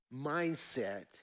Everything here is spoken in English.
mindset